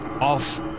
off